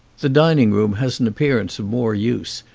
the dining-room has an appearance of more use,